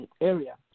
area